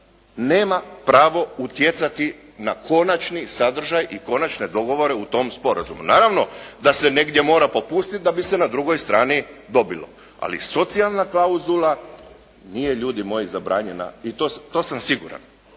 nema pravo utjecati na konačni sadržaj i konačne dogovore u tom sporazumu. Naravno da se negdje mora popustiti da bi se na drugoj strani dobilo, ali socijalna klauzula nije ljudi moji zabranjena i to sam siguran.